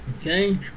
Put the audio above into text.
Okay